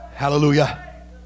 hallelujah